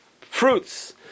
fruits